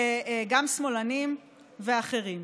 גם שמאלנים ואחרים.